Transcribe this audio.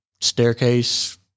staircase